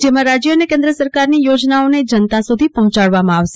જેમાં રાજ્ય અને કેન્દ્ર સરકારની યોજનાઓને જનતા સુધી પહોંચાડવામાં આવશે